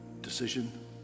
decision